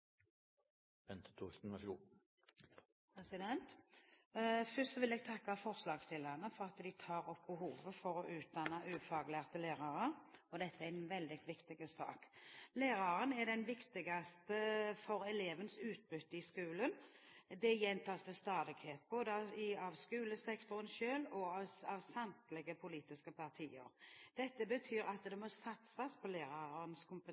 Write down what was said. Først vil jeg takke forslagsstillerne for å ta opp behovet for å utdanne ufaglærte lærere. Dette er en veldig viktig sak. Læreren er den viktigste personen for elevens utbytte i skolen, noe som gjentas til stadighet, både av skolesektoren selv og av samtlige politiske partier. Dette betyr at det må satses på